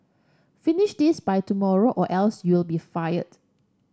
finish this by tomorrow or else you'll be fired